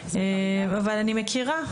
אבל אני מכירה,